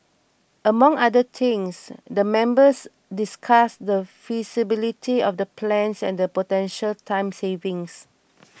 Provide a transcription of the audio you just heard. among other things the members discussed the feasibility of the plans and the potential time savings